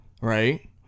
Right